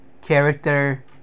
character